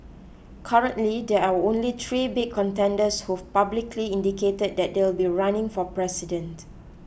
currently there are only three big contenders who've publicly indicated that they'll be running for president